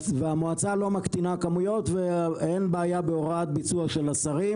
והמועצה לא מקטינה כמויות ואין בעיה בהוראת ביצוע של השרים